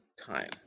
time